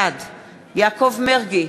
בעד יעקב מרגי,